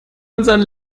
unseren